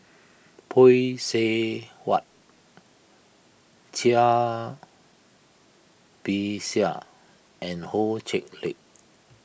Phay Seng Whatt Cai Bixia and Ho Chee Lick